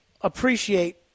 appreciate